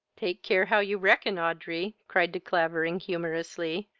take care how you reckon, audrey, cried de clavering, humourously,